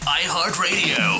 iHeartRadio